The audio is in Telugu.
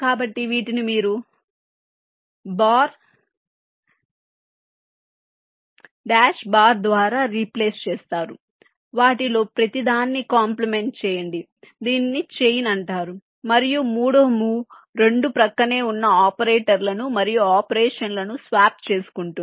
కాబట్టి వీటిని మీరు బార్ డాష్ బార్ ద్వారా రీప్లేస్ చేస్తారు వాటిలో ప్రతిదాన్ని కాంప్లిమెంట్ చేయండి దీనిని చైన్ అంటారు మరియు మూడవ మూవ్ రెండు ప్రక్కనే ఉన్న ఆపరేటర్లను మరియు ఆపరేషన్లను స్వాప్ చేసుకుంటుంది